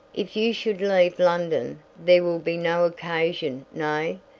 if you should leave london, there will be no occasion nay,